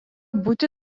būti